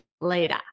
later